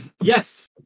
yes